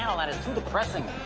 handle that, it's too depressing.